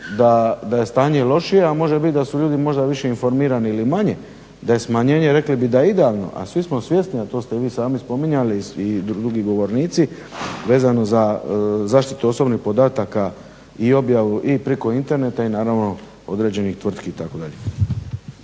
da je stanje lošije, a može bit da su ljudi možda više informirani ili manje. Da je smanjenje rekli bi da je idealno, a svi smo svjesni, a to ste vi sami spominjali i drugi govornici vezano za zaštitu osobnih podataka i objavu i preko Interneta i naravno određenih tvrtki itd.